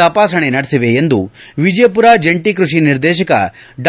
ತಪಾಸಣೆ ನಡೆಸಿವೆ ಎಂದು ವಿಜಯಪುರ ಜಂಟಿ ಕೃಷಿ ನಿರ್ದೇಶಕ ಡಾ